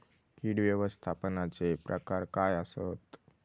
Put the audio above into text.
कीड व्यवस्थापनाचे प्रकार काय आसत?